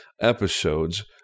episodes